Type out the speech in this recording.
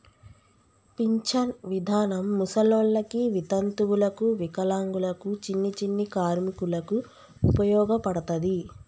pension విధానం ముసలోళ్ళకి వితంతువులకు వికలాంగులకు చిన్ని చిన్ని కార్మికులకు ఉపయోగపడతది